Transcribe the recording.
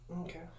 Okay